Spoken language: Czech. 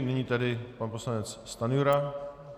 Nyní tedy pan poslanec Stanjura.